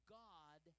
god